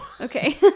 Okay